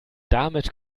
damit